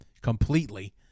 completely